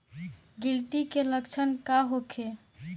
गिलटी के लक्षण का होखे?